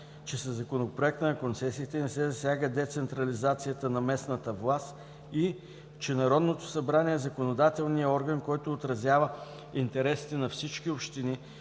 че със Законопроекта за концесиите не се засяга децентрализацията на местната власт и, че Народното събрание е законодателният орган, който отразява интересите на всички общини,